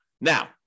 Now